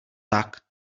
tak